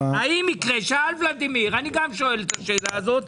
שאל ולדימיר וגם אני שואל את השאלה הזאת.